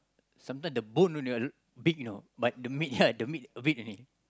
sometimes the bone only ah big you know but the meat ya the meat a bit only